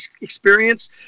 experience